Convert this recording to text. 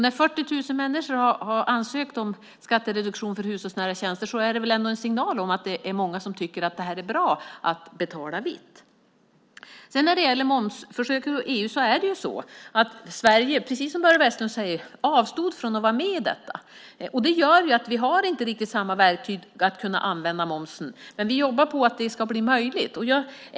När 40 000 människor har ansökt om skattereduktion för hushållsnära tjänster är det väl en signal om att det är många som tycker att det är bra att betala vitt. När det gäller momsförsöken i EU är det precis så som Börje Vestlund säger att Sverige avstod från att vara med i detta. Det gör att vi inte riktigt har samma verktyg att kunna använda momsen. Men vi jobbar på att det ska bli möjligt.